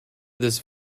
this